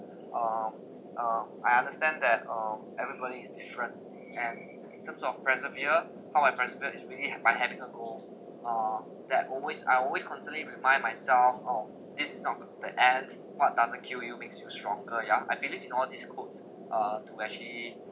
um uh I understand that um everybody's different and in terms of persevere how I persevere is really have by having a goal uh that always I always constantly remind myself of this is not the end what doesn't kill you makes you stronger ya I believe in all these quotes uh to actually